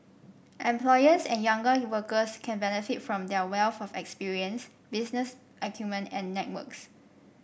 employers and younger workers can benefit from their wealth of experience business acumen and networks